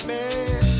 Man